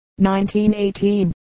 1918